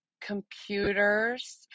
computers